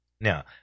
Now